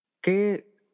qué